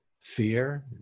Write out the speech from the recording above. fear